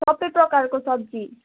सबै प्रकारको सब्जी